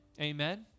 Amen